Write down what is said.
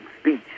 speech